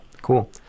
Cool